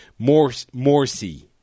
Morsi